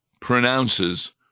pronounces